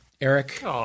Eric